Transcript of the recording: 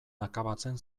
akabatzen